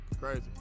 crazy